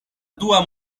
dua